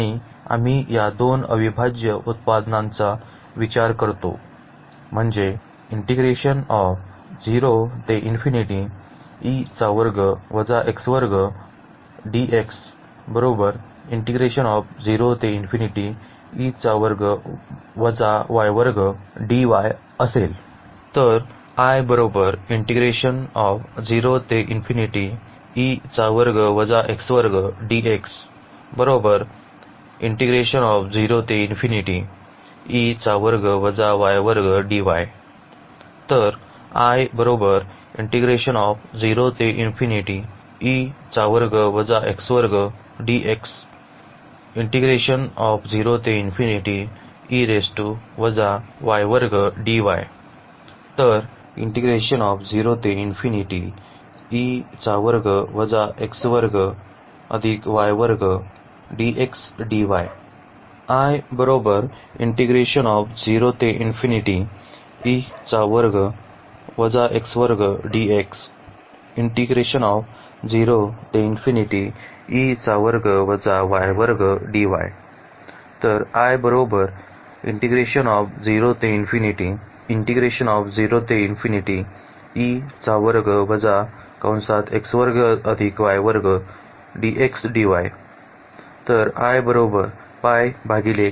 आणि आम्ही या दोन अविभाज्य उत्पादनांचा विचार करतो म्हणजे असेल